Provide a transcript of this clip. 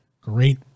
great